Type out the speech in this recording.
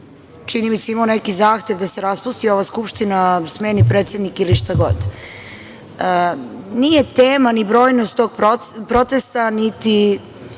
čini mi se, imao neki zahtev da se raspusti ova Skupština, smeni predsednik ili šta god. Nije tema ni brojnost tog protesta, niti